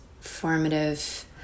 formative